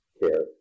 care